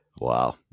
Wow